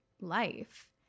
life